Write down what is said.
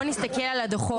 בואו נסתכל על הדוחות.